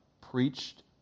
preached